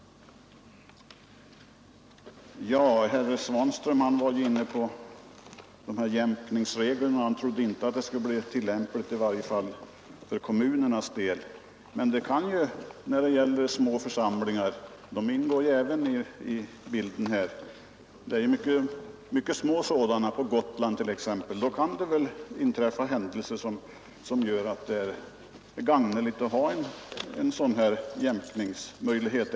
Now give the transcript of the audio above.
Sedan var herr Svanström inne på frågan om jämkningsreglerna och sade att han inte trodde att de reglerna skulle bli tillämpade, i varje fall inte för kommunernas del. Men när det gäller små församlingar — vi har många sådana t.ex. på Gotland, och de ingår ju också i bilden — kan det inträffa händelser som gör att det är gagneligt att ha en sådan här jämkningsmöjlighet.